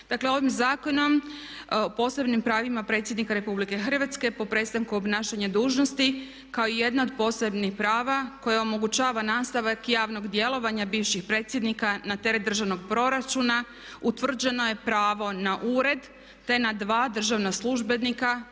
Dakle, ovim zakonom, posebnim pravima predsjednika Republike Hrvatske po prestanku obnašanja dužnosti kao i jedna od posebnih prava koja omogućava nastavak javnog djelovanja bivših predsjednika na teret državnog proračuna utvrđeno je pravo na ured, te na dva državna službenika,